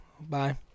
Bye